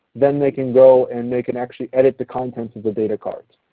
then they can go and they can actually edit the contents of the data cards